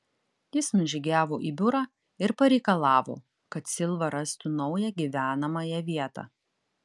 jis nužygiavo į biurą ir pareikalavo kad silva rastų naują gyvenamąją vietą